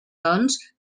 doncs